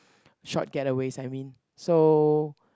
short getaways I mean so